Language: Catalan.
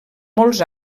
molts